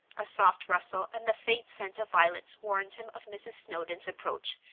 a soft rustle and the faint scent of violets warned him of mrs. snowdon's approach,